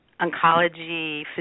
oncology